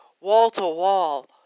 wall-to-wall